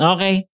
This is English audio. Okay